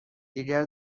دیگر